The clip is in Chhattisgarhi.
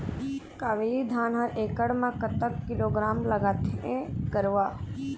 कावेरी धान हर एकड़ म कतक किलोग्राम लगाथें गरवा?